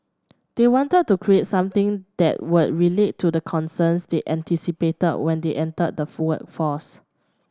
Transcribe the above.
they wanted to create something that would relate to the concerns they anticipated when they enter the force